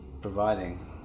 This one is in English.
providing